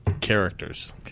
Characters